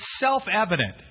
self-evident